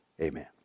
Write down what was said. Amen